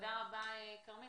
תודה רבה, כרמית.